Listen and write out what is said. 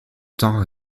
temps